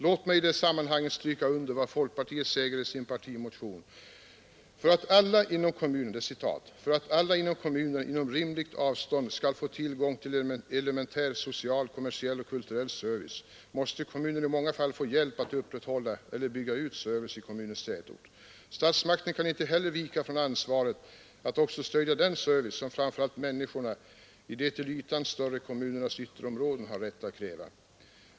Låt mig i detta sammanhang stryka under vad folkpartiet säger i sin partimotion 1818:”För att alla inom kommunen inom rimligt avstånd skall få tillgång till elementär social, kommersiell och kulturell service måste kommunen i många fall få hjälp med att upprätthålla eller bygga ut servicen i kommunens tätort.” Det heter vidare att — ”statsmakterna inte kan vika från ansvaret att också stödja den service, som framför allt människorna i de till ytan större kommunernas ytterområden har rätt att kräva.